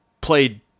played